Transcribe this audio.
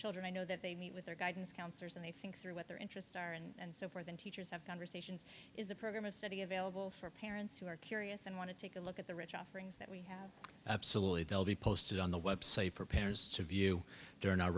children i know that they meet with their guidance counselors and they think through what their interests are and so forth and teachers have conversations is the program of study available for parents who are curious and want to take a look at the rich offerings that absolutely they'll be posted on the website for parents to view during our